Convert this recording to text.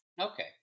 Okay